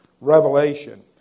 revelation